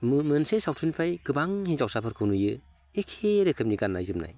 मोनसे सावथुननिफ्राय गोबां हिनजावसाफोरखौ नुयो एखे रोखोमनि गाननाय जोमनाय